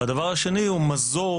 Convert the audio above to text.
ודבר שני הוא מזור